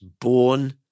born